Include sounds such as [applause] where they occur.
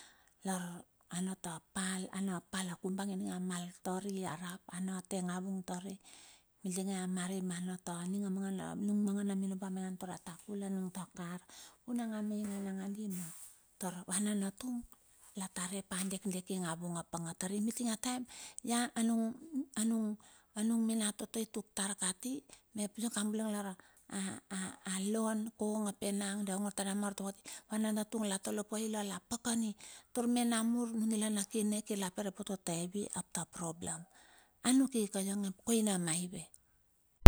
Lar ana ta pal. ana pal a kubang ininge a mal tar i arap. A na teng a vungtari, mitinge a mar i manata nung manga na minobo, a maingan tar a ta kula nung ta kar. Vunang a maingan nangadi mep tar vananatung la ta re pa dekdeking a vung a pange tari. Mitinge a taem ia a nung a nung a nung mina toto i tuk tar kati. Mep ia kabule lar a a [hesitation] a lo na kong ap enang dia ongor tar ia ma artovo ananatung la to lopai la la pakana i, tarme namur nunila na kin, kir la poro po teta hevi ap ta problem. Anuk i ka ionge ap koina maive.